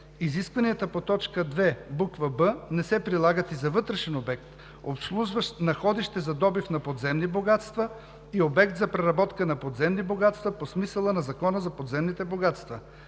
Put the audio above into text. изискванията по т. 2, буква „б“ не се прилагат за вътрешен обект, обслужващ находище за добив на подземни богатства, и обект за преработка на подземни богатства по смисъла на Закона за подземните богатства.“